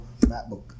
MacBook